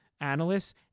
analysts